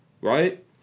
right